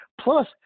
plus